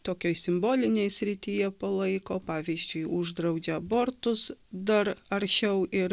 tokioj simbolinėj srityje palaiko pavyzdžiui uždraudžia abortus dar aršiau ir